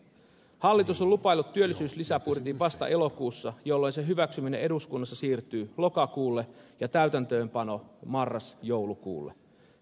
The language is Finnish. hallitus on lupaillut työllisyyslisäbudjetin vasta elokuussa jolloin sen hyväksyminen eduskunnassa siirtyy lokakuulle ja täytäntöönpano marrasjoulukuulle